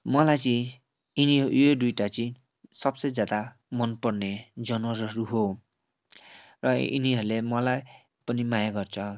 मलाई चाहिँ यिनी यो दुइटा चाहिँ सबसे ज्यादा मनपर्ने जनावरहरू हो र यिनीहरूले मलाई पनि माया गर्छ